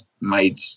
made